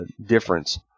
difference